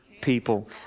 people